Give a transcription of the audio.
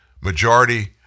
majority